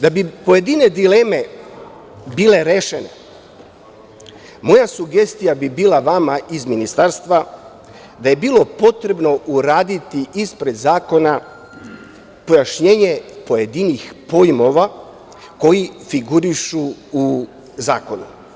Da bi pojedine dileme bile rešene moja sugestija bi bila vama iz ministarstva da je bilo potrebno uraditi ispred zakona pojašnjenje pojedinih pojmova koji figurišu u zakonu.